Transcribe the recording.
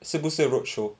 是不是 roadshow